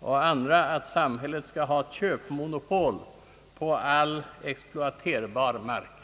och andra att samhället skall ha köpmonopol på all exploaterbar mark.